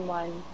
one